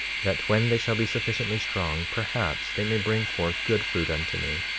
that when they shall be sufficiently strong perhaps they may bring forth good fruit unto me,